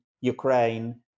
Ukraine